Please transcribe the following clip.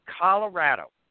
Colorado